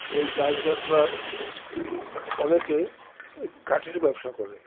এই গাছ গাছলা অনেকে কাঠের ব্যবসা করে